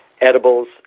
Edibles